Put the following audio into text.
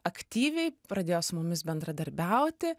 aktyviai pradėjo su mumis bendradarbiauti